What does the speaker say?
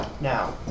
Now